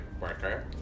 worker